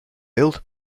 built